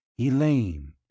Elaine